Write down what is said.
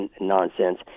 nonsense